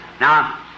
Now